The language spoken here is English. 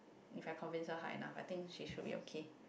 if I convince her hard enough I think she should be okay